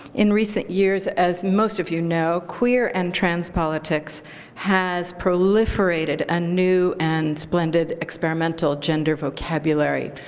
in recent years, as most of you know, queer and trans politics has proliferated a new and splendid experimental gender vocabulary.